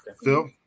Phil